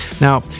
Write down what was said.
Now